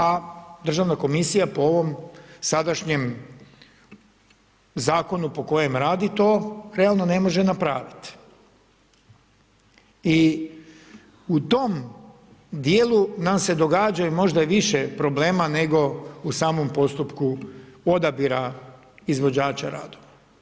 A državna komisija po ovom sadašnjem zakonu po kojem radi to realno ne može napraviti i u tom dijelu nam se događaju možda i više problema nego u samom postupku odabira izvođača radova.